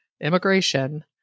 immigration